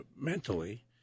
mentally